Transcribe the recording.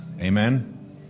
Amen